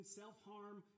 self-harm